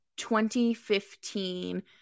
2015